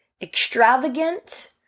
extravagant